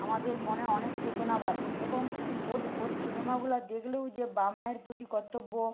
আমাদের মনে অনেক চেতনা বাড়ে এবং ওর সিনেমাগুলো দেখলেও যে বাপ মায়ের প্রতি কর্তব্য